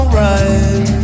right